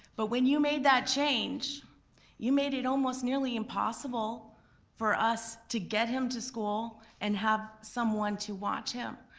but when you made that change you made it almost nearly impossible for us to get him to school and have someone to watch him.